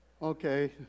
Okay